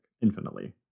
infinitely